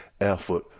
effort